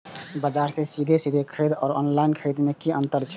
बजार से सीधे सीधे खरीद आर ऑनलाइन खरीद में की अंतर छै?